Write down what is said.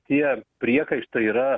tie priekaištai yra